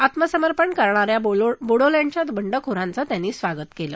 आत्मसमर्पण करणाऱ्या बोडोलँडच्या बंडखोरांचं त्यांनी स्वागत केलं